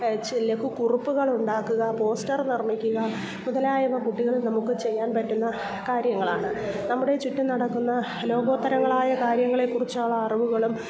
ലഘു കുറിപ്പുകൾ ഉണ്ടാക്കുക പോസ്റ്റർ നിർമ്മിക്കുക മുതലായവ കുട്ടികൾ നമുക്ക് ചെയ്യാൻ പറ്റുന്ന കാര്യങ്ങളാണ് നമ്മുടെ ചുറ്റും നടക്കുന്ന ലോകോത്തരങ്ങളായ കാര്യങ്ങളെ കുറിച്ചുള്ള അറിവുകളും